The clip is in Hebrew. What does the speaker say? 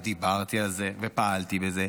ודיברתי על זה ופעלתי בזה,